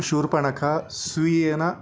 Shurpanakha स्वीयेन